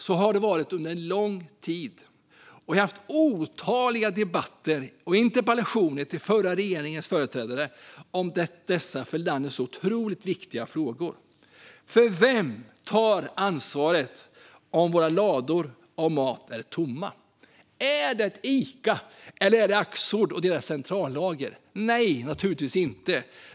Så har det varit under en lång tid. Jag har haft otaliga debatter med och ställt interpellationer till förra regeringens företrädare om dessa för landet så otroligt viktiga frågor. För vem tar ansvaret om våra lador med mat är tomma? Är det Ica eller Axfood och deras centrallager? Nej, naturligtvis inte.